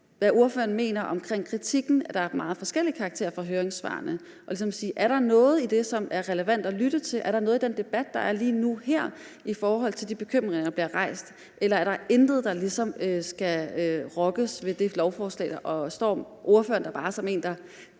hvad ordføreren mener om kritikken i høringssvarene, som er af meget forskellig karakter, og ligesom sige: Er der noget i det, som er relevant at lytte til? Er der noget i den debat, der er lige nu her i forhold til de bekymringer, der bliver rejst, eller er der intet, der ligesom skal rokkes ved i det lovforslag? Og står ordføreren der bare som en, der